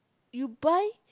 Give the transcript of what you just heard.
you buy